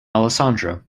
alessandro